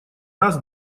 раз